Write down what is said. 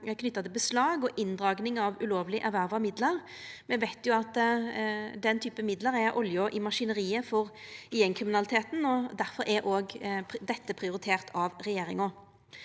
knytte til beslag og inndraging av ulovleg erverva midlar. Me veit jo at den typen midlar er olja i maskineriet for gjengkriminaliteten, og difor er dette prioritert av regjeringa.